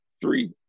three